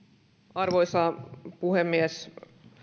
arvoisa puhemies